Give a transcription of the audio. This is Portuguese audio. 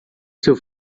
seu